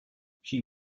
she